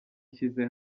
ashyize